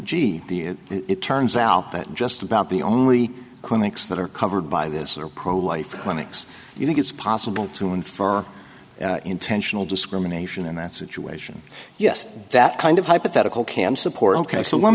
gee it turns out that just about the only clinics that are covered by this are pro life clinics you think it's possible to infer intentional discrimination in that situation yes that kind of hypothetical can support ok so let